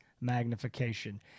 magnification